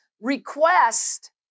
request